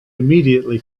immediately